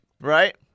Right